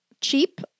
Cheap